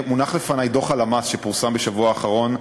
מונח לפני דוח הלמ"ס שפורסם בשבוע האחרון,